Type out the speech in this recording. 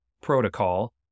protocol